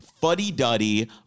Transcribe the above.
fuddy-duddy